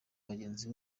bagenzi